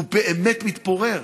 הוא באמת מתפורר.